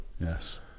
Yes